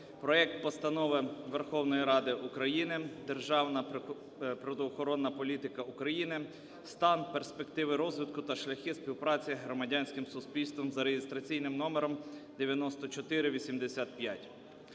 проект Постанови Верховної Ради України "Державна природоохоронна політика України: стан, перспективи розвитку та шляхи співпраці з громадянським суспільством" за реєстраційним номером 9485.